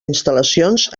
instal·lacions